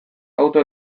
auto